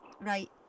Right